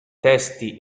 testi